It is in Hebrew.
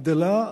גדלה,